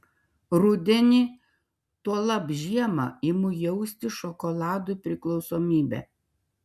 rudenį tuolab žiemą imu jausti šokoladui priklausomybę